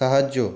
সাহায্য